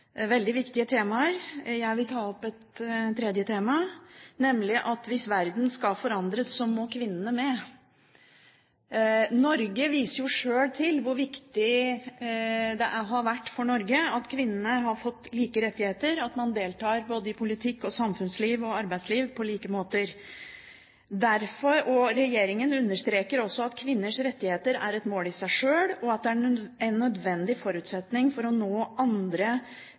ta opp et tredje tema, nemlig at hvis verden skal forandres, må kvinnene med. Norge viser jo sjøl til hvor viktig det har vært for Norge at kvinnene har fått like rettigheter, at man deltar i både politikk, samfunnsliv og arbeidsliv på lik linje. Regjeringen understreker også at kvinners rettigheter er et mål i seg sjøl, og at det er en nødvendig forutsetning for å nå andre